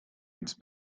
its